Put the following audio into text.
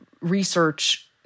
research